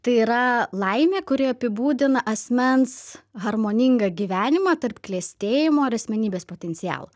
tai yra laimė kuri apibūdina asmens harmoningą gyvenimą tarp klestėjimo ir asmenybės potencialą